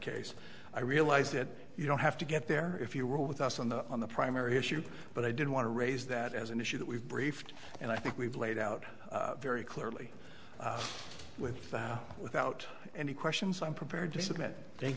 case i realize that you don't have to get there if you were with us on the on the primary issue but i did want to raise that as an issue that we've briefed and i think we've laid out very clearly without without any questions i'm prepared to submit thank